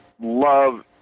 love